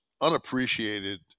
unappreciated